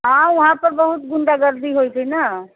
आउ वहाँ पर बहुत गुण्डागर्दी होइत छै ने